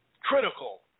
critical